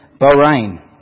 Bahrain